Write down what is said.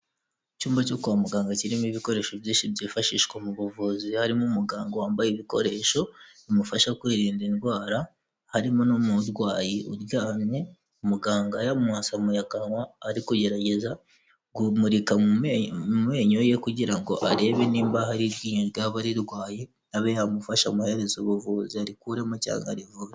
Icyumba cyo kwa muganga kirimo ibikoresho byinshi byifashishwa mu buvuzi, harimo umuganga wambaye ibikoresho bimufasha kwirinda indwara, harimo n'umurwayi uryamye muganga yamwasamuye akanwa ari kugerageza guhu kumurika mu menyo ye, kugira ngo arebe niba hari iryinyo ryaba rirwaye, abe yamufasha amuhereze ubuvuzi, arikuremo cyangwa arivure.